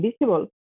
invisible